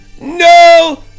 no